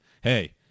Hey